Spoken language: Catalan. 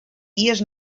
dies